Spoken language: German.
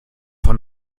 von